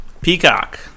Peacock